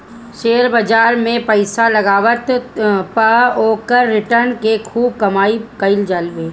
share बाजार में पईसा लगवला पअ लोग रिटर्न से खूब कमाई कईले बाटे